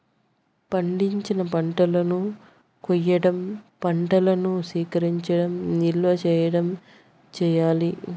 పండించిన పంటలను కొయ్యడం, పంటను సేకరించడం, నిల్వ చేయడం చెయ్యాలి